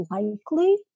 likely